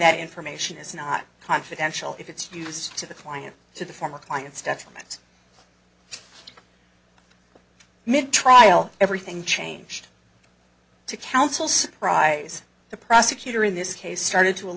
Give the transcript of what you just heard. that information is not confidential if it's used to the client to the former clients documents mid trial everything changed to counsel surprise the prosecutor in this case started